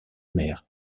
mer